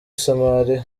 somalia